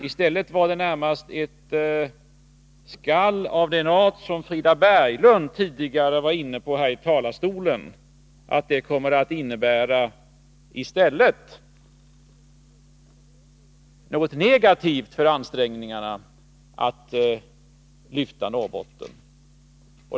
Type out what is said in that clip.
I stället var det närmast ett skall av den art som Frida Berglund tidigare kommenterade från denna talarstol — att det i stället kommer att innebära något negativt för ansträngningarna att lyfta Norrbotten.